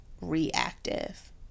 reactive